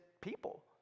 people